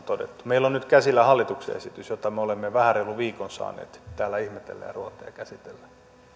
todettu meillä on nyt käsillä hallituksen esitys jota me olemme vähän reilun viikon saaneet täällä ihmetellä ja ruotia ja käsitellä